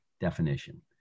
definition